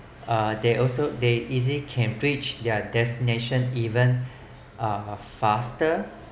uh they also they easy can reach their destination even uh faster